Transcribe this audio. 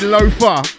Loafer